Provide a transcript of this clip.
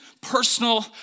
personal